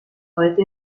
heute